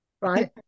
right